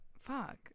fuck